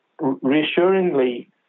reassuringly